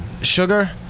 sugar